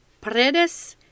Paredes